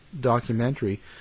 documentary